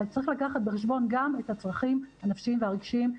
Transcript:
אבל צריך לקחת בחשבון גם את הצרכים הנפשיים והרגשיים.